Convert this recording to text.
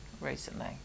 recently